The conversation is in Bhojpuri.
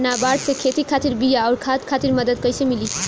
नाबार्ड से खेती खातिर बीया आउर खाद खातिर मदद कइसे मिली?